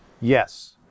Yes